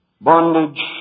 bondage